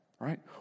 right